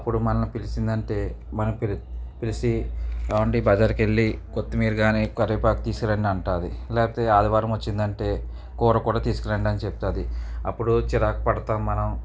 అప్పుడు మనల్ని పిలిచింది అంటే మన పిలిచి ఏవండీ బజారుకు వెళ్ళి కొత్తిమీర కానీ కరివేపాకు తీసుకురండి అంటుంది లేకపోతే ఆదివారం వచ్చింది అంటే కూర కూడా తీసుకురండని చెప్తుంది అప్పుడు చిరాకు పడతాం మనం